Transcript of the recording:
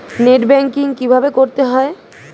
Net banking কীভাবে করতে হয়?